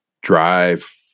drive